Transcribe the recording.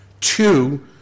Two